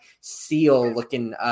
seal-looking